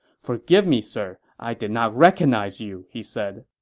forgive me, sir. i did not recognize you, he said